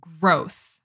growth